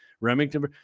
Remington